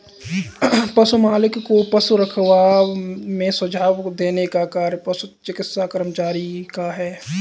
पशु मालिक को पशु रखरखाव में सुझाव देने का कार्य पशु चिकित्सा कर्मचारी का है